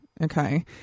Okay